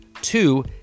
two